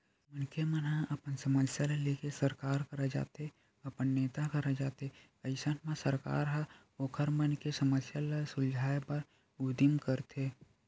मनखे मन ह अपन समस्या ल लेके सरकार करा जाथे अपन नेता मन करा जाथे अइसन म सरकार ह ओखर मन के समस्या ल सुलझाय बर उदीम करथे